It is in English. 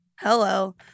Hello